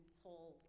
whole